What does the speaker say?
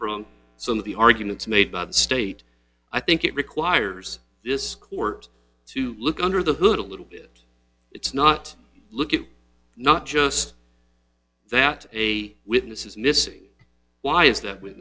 from some of the arguments made by the state i think it requires this court to look under the hood a little bit it's not look at not just that a witness is missing why is that with